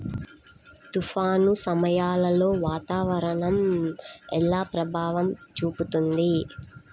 తుఫాను సమయాలలో వాతావరణం ఎలా ప్రభావం చూపుతుంది?